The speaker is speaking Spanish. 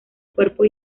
cuerpo